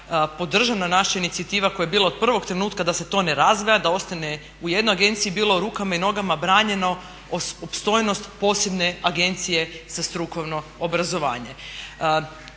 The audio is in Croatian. podržana naša inicijativa koja je bila od prvog trenutka da se to ne razdvaja, da ostane u jednoj agenciji, bilo rukama i nogama branjeno opstojnost posebne Agencije za strukovno obrazovanje.